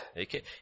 Okay